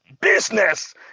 business